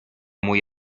muy